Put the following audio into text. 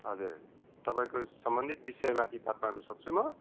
हजुर तपाईँको सम्बन्धित विषयमाथि बात मार्नु सक्छु म